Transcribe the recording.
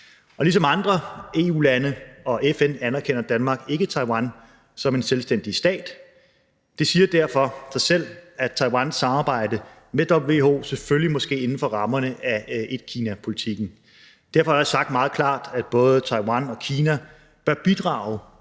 ligesom andre EU-lande og FN anerkender Danmark ikke Taiwan som en selvstændig stat. Det siger derfor sig selv, at Taiwans samarbejde med WHO selvfølgelig må ske inden for rammerne af etkinapolitikken. Derfor har jeg også sagt meget klart, at både Taiwan og Kina bør bidrage